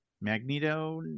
Magneto